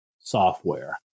software